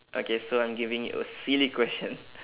okay so I'm giving you a silly question